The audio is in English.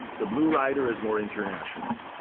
the blue rider is more international.